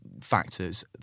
factors